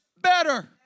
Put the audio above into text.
better